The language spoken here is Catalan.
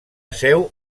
seu